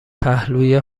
پهلوی